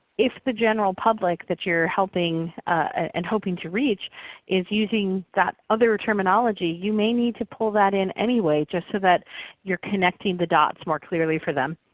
if the general public that you're helping and hoping to reach is using that other terminology, you may need to pull that in anyway, just so that you're connecting the dots more clearly for them.